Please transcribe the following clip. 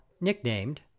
nicknamed